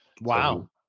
Wow